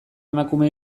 emakume